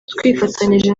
twifatanyije